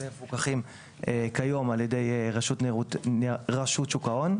ומפוקחים כיום על ידי רשות שוק ההון.